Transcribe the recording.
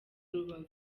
rubavu